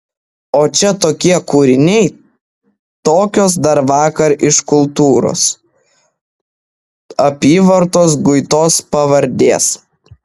o čia tokie kūriniai tokios dar vakar iš kultūros apyvartos guitos pavardės